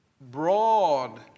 broad